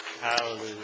Hallelujah